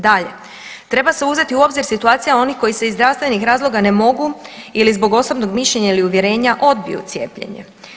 Dalje, treba se uzeti u obzir situacija onih koji se iz zdravstvenih razloga ne mogu ili zbog osobnog mišljenja ili uvjerenja odbiju cijepljenje.